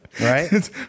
right